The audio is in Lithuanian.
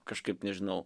kažkaip nežinau